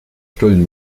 stullen